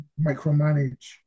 micromanage